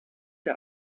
der